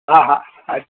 હા હા